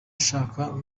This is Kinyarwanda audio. ashaka